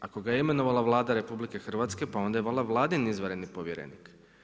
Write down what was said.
Ako ga je imenovala Vlada RH, pa onda je valjda Vladin izvanredni povjerenik.